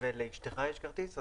ולאשתך יש כרטיס,